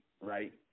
right